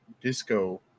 disco